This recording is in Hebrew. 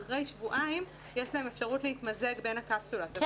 ואחרי שבועיים יש להם אפשרות להתמזג בין הקפסולות.